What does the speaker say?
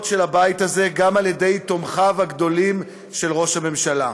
של הבית הזה גם על-ידי תומכיו הגדולים של ראש הממשלה: